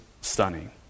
stunning